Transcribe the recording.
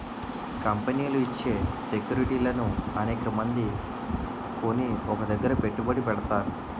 కంపెనీలు ఇచ్చే సెక్యూరిటీలను అనేకమంది కొని ఒక దగ్గర పెట్టుబడి పెడతారు